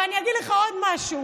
אבל אני אגיד לך עוד משהו: